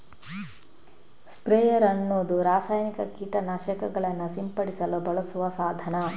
sprayer ಅನ್ನುದು ರಾಸಾಯನಿಕ ಕೀಟ ನಾಶಕಗಳನ್ನ ಸಿಂಪಡಿಸಲು ಬಳಸುವ ಸಾಧನ